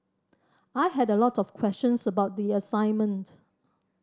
I had a lot of questions about the assignment